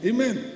Amen